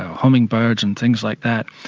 hummingbirds and things like that.